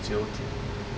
九点